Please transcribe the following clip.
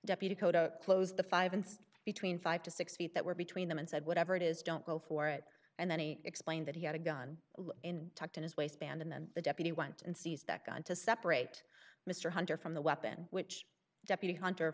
deputy closed the five and between five to six feet that were between them and said whatever it is don't go for it and then he explained that he had a gun in tucked in his waistband and then the deputy went and sees that gun to separate mr hunter from the weapon which deputy hunter